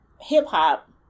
hip-hop